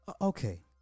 Okay